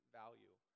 value